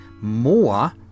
more